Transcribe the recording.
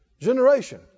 generation